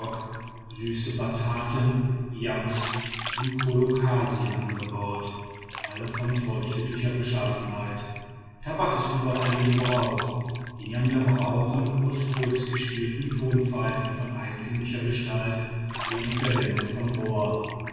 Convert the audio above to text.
süße bataten yams und colocasien angebaut alle von vorzüglicher beschaffenheit tabak ist überall in gebrauch die niamniam rauchen aus kurzgestielten tonpfeifen von eigentümlicher gestalt ohne verwendung von rohr